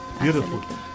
beautiful